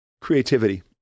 creativity